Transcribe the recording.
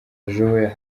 joel